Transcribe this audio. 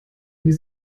wie